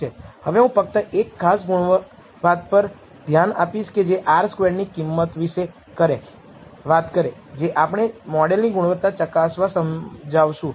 હવે સ્પષ્ટપણે β0 માટેના ઈન્ટર્વલ કોન્ફિડન્સ ઈન્ટર્વલસમાં શૂન્યનો સમાવેશ થાય છે અને તેથી આપણે નલ પૂર્વધારણા β0 0 ને નકારવી ન જોઈએ